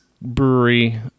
brewery